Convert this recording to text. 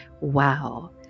wow